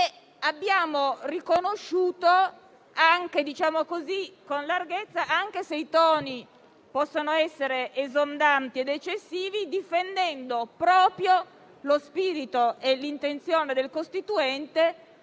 Abbiamo riconosciuto il principio, anche se i toni possono essere esondanti ed eccessivi, difendendo proprio lo spirito e l'intenzione del Costituente